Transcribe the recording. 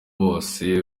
bose